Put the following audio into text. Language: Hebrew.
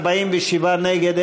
47 נגד,